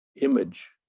image